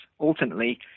Ultimately